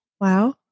Wow